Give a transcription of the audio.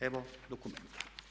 Evo dokumenta.